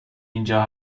اینجا